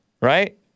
right